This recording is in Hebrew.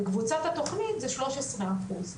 בקבוצת התוכנית זה 13 אחוז,